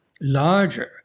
larger